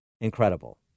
incredible